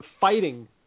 fighting